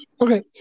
Okay